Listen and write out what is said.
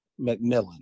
McMillan